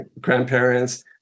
grandparents